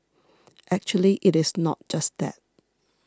actually it is not just that